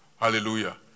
Hallelujah